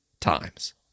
times